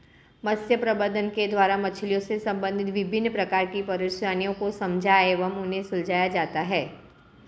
मत्स्य प्रबंधन के द्वारा मछलियों से संबंधित विभिन्न प्रकार की परेशानियों को समझा एवं उन्हें सुलझाया जाता है